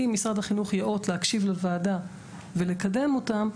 אם משרד החינוך יאות להקשיב לוועדה ולקדם אותם,